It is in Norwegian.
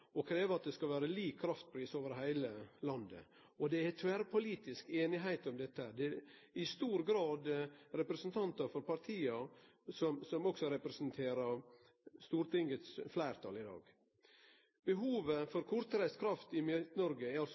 og krev at det skal vere lik kraftpris over heile landet. Det er tverrpolitisk einigheit om dette. Det er i stor grad representantar for partia som òg representerer Stortinget sitt fleirtal i dag. Behovet for kortreist kraft i Midt-Noreg er